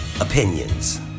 opinions